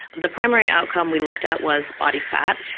the primary outcome we looked at was body fat,